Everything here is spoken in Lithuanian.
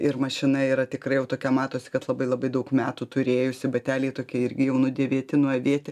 ir mašina yra tikrai jau tokia matosi kad labai labai daug metų turėjusi bateliai tokie irgi jau nudėvėti nuavėti